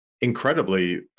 incredibly